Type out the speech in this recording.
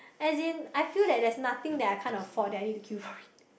as in I feel that there's nothing I can't afford that I need to queue for it